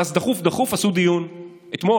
ואז דחוף דחוף עשו דיון אתמול